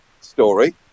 story